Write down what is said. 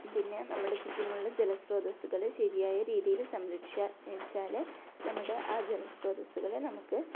പിന്നെ നമ്മുടെ ചുറ്റുമുള്ള ജല സ്രോതസ്സുകൾ ശരിയായ രീതീയിൽ സംരക്ഷിച്ചാലേ നമ്മുടെ ആ ജലസ്രോതസ്സുകളെ നമുക്ക്